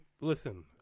listen